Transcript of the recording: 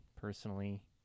personally